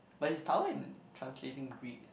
but he's power in translating Greeks